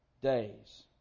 days